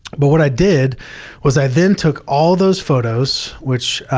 but what i did was i then took all those photos, which,